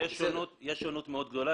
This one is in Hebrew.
יש שונות מאוד גדולה.